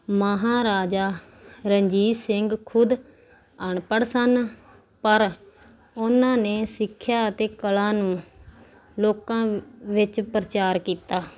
ਮਹਾਰਾਜਾ ਰਣਜੀਤ ਸਿੰਘ ਖੁਦ ਅਨਪੜ੍ਹ ਸਨ ਪਰ ਉਹਨਾਂ ਨੇ ਸਿੱਖਿਆ ਅਤੇ ਕਲਾ ਨੂੰ ਲੋਕਾਂ ਵਿੱਚ ਪ੍ਰਚਾਰ ਕੀਤਾ